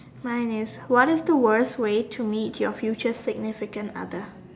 mine is what is the worst way to meet your future significant other